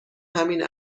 همین